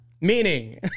Meaning